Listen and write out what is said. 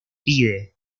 pide